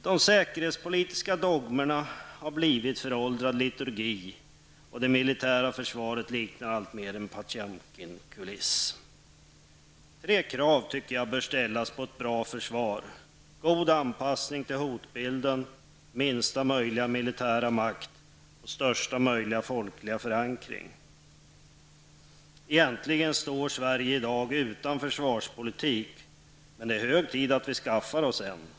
De säkerhetspolitiska dogmerna har blivit föråldrad liturgi, och det militära försvaret liknar alltmer en potemkinkuliss. Jag tycker att det finns tre krav som bör ställas på ett bra försvar: Det skall vara en god anspassning till hotbilden. Det skall vara minsta möjliga militära makt. Det skall vara så stor folklig förankring som möjligt. Egentligen saknar Sverige i dag en försvarpolitik. Det är alltså hög tid att vi skaffar oss en sådan.